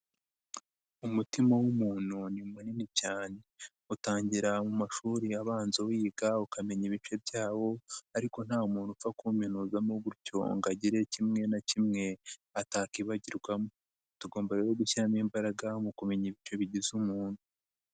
Umutima w'umuntu ni munini cyane utangira mu mashuri abanza wiga ukamenya ibice byawo ariko nta muntu upfa kuwuminuzamo gutyo ngo agire kimwe na kimwe atakibagirwamo tugomba rero gushyiramo imbaraga mu kumenya ibice bigize umuntu.